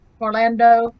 Orlando